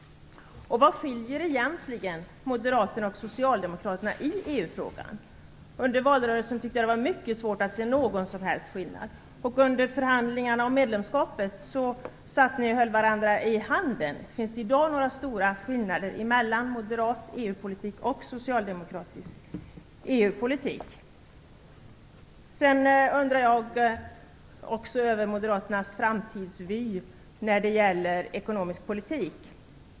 Vad skiljer egentligen moderaterna och socialdemokraterna i EU-frågan? Under valrörelsen tyckte jag det var mycket svårt att se någon som helst skillnad. Under förhandlingarna om medlemskapet satt ni och höll varandra i hand. Finns det i dag några stora skillnader mellan moderat EU-politik och socialdemokratisk? Jag undrar också över moderaternas framtidsvy när det gäller ekonomisk politik.